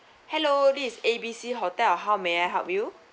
hello this is A B C hotel how may I help you